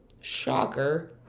shocker